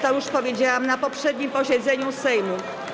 To już powiedziałam na poprzednim posiedzeniu Sejmu.